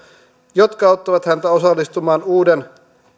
jotka auttavat häntä osallistumaan uuden